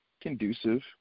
conducive